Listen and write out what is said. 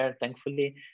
thankfully